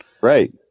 right